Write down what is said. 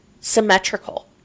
Symmetrical